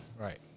Right